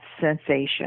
sensation